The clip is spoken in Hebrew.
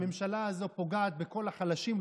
הממשלה הזאת פוגעת בכל החלשים,